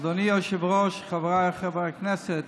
אדוני היושב-ראש, חבריי חברי הכנסת,